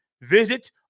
Visit